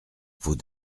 vos